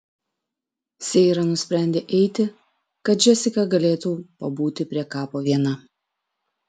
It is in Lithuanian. seira nusprendė eiti kad džesika galėtų pabūti prie kapo viena